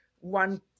One